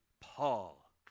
Paul